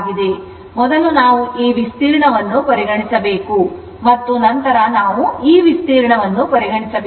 ಆದ್ದರಿಂದ ಮೊದಲು ನಾವು ಈ ವಿಸ್ತೀರ್ಣವನ್ನು ಪರಿಗಣಿಸಬೇಕು ಮತ್ತು ನಂತರ ನಾವು ಈ ವಿಸ್ತೀರ್ಣವನ್ನು ಪರಿಗಣಿಸಬೇಕು